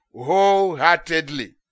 wholeheartedly